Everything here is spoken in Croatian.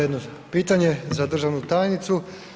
Jedno pitanje za državnu tajnicu.